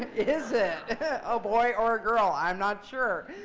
is it a boy or a girl? i'm not sure.